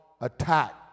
attack